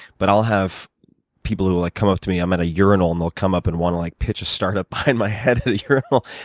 but i'll have people who like come up to me. i'm at a urinal and they'll come up and want to like pitch a startup behind my head at a urinal.